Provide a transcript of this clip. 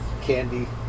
Candy